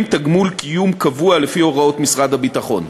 תגמול קיום קבוע לפי הוראות משרד הביטחון.